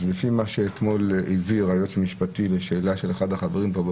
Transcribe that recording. אז לפי מה שאתמול העביר היועץ המשפטי לשאלה של אחד החברים פה,